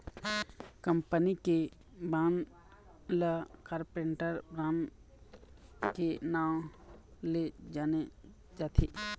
company के bond ल corporate bond के नांव ले जाने जाथे